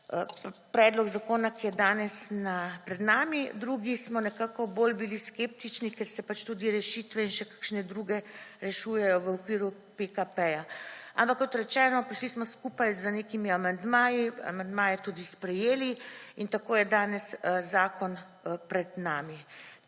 predlog zakona, ki je danes pred nami. Drugi smo nekako bolj bili skeptični, ker se tudi rešitve in še kakšne druge, rešujejo v okviru PKP-ja. Ampak, kot rečeno, prišli smo skupaj z nekimi amandmaji, amandmaje tudi sprejeli in tako je danes zakon pred nami.